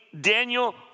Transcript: Daniel